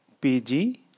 pg